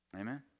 Amen